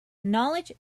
knowledge